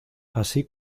así